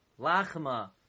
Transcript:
Lachma